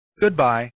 Goodbye